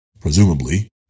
Presumably